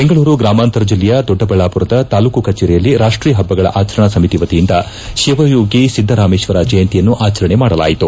ಬೆಂಗಳೂರು ಗ್ರಾಮಾಂತರ ಜಿಯ ದೊಡ್ಡಬಳ್ಳಾಪುರದ ತಾಲ್ಲೂಕು ಕಚೇರಿಯಲ್ಲಿ ರಾಷ್ಟೀಯ ಹಬ್ಬಗಳ ಅಚರಣಾ ಸಮಿತಿ ವತಿಯಿಂದ ಶಿವಯೋಗಿ ಸಿದ್ದರಾಮೇಶ್ವರ ಜಯಂತಿಯನ್ನು ಆಚರಣೆ ಮಾಡಲಾಯಿತು